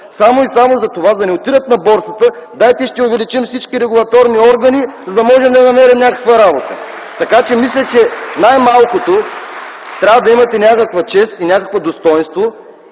само и само затова да не отидат на борсата, дайте ще увеличим всички регулаторни органи, за да можем да им намерим някаква работа. (Ръкопляскания в ГЕРБ.) Така, че мисля най-малкото, трябва да имате някаква чест и някакво достойнство